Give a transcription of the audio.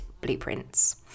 blueprints